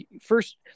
first